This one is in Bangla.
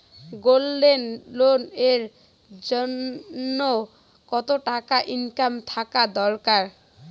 গোল্ড লোন এর জইন্যে কতো টাকা ইনকাম থাকা দরকার?